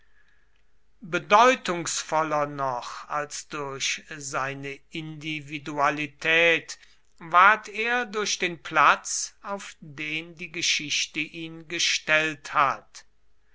bedeutungsvoller noch als durch seine individualität ward er durch den platz auf den die geschichte ihn gestellt hat